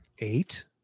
eight